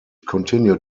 continued